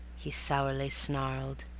he sourly snarled,